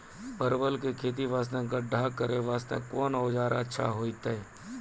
परवल के खेती वास्ते गड्ढा करे वास्ते कोंन औजार अच्छा होइतै?